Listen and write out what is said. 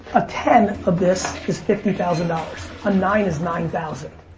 a ten of this is fifty thousand dollars, a nine is nine thousand.